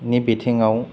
नि बिथिङाव